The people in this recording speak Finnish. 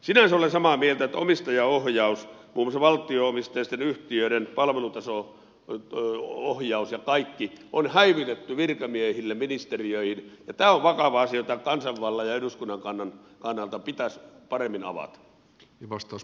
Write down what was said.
sinänsä olen samaa mieltä että omistajaoh jaus muun muassa valtio omisteisten yhtiöiden palvelutaso ohjaus ja kaikki on häivytetty virkamiehille ministeriöihin ja tämä on vakava asia tämän kansanvallan ja eduskunnan kannalta sitä pitäisi paremmin avata